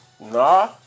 Nah